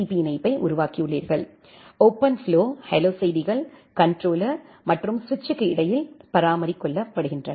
B இணைப்பை உருவாக்கியுள்ளீர்கள் OpenFlow hello செய்திகள் கண்ட்ரோலர் மற்றும் சுவிட்சுக்கு இடையில் பரிமாறிக்கொள்ளப்படுகின்றன